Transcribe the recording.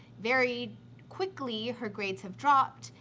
very quickly her grades have dropped,